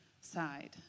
side